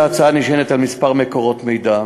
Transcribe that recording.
ההצעה נשענת על כמה מקורות מידע,